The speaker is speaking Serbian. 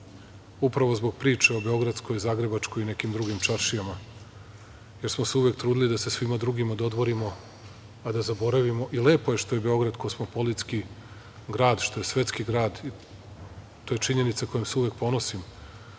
upravo zbog priče o beogradskoj, zagrebačkoj i nekim drugim čaršijama, jer smo se uvek trudili da se svima drugima dodvorimo a da zaboravimo, i lepo je što je Beograd kosmopolitski grad, što je svetski grad, to je činjenica kojom se uvek ponosim,